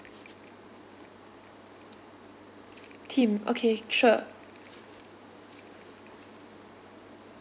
tim okay sure